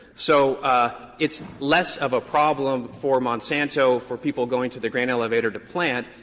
so it's less of a problem for monsanto for people going to the grain elevator to plant.